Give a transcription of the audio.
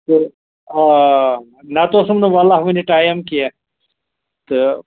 تہٕ آ نتہٕ اوسُم نہٕ وَللہ وُنہِ ٹایم کیٚنہہ تہٕ